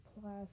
plus